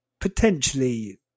potentially